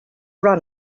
run